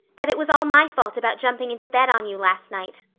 that it was all my fault about jumping into bed on you last night.